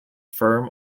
firm